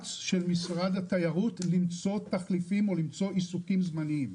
מאמץ של משרד התיירות למצוא תחליפים או למצוא עיסוקים זמניים.